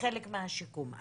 חלק מהשיקום.